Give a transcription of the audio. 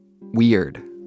weird